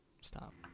Stop